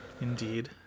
indeed